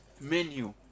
menu